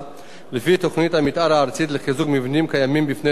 לפי תוכנית המיתאר הארצית לחיזוק מבנים קיימים מפני רעידות אדמה,